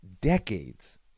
decades